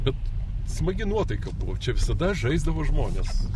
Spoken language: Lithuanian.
bet smagi nuotaika buvo čia visada žaisdavo žmonės